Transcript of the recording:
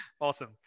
awesome